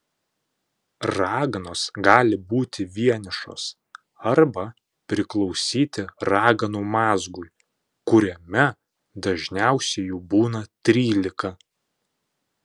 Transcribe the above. raganos gali būti vienišos arba priklausyti raganų mazgui kuriame dažniausiai jų būna trylika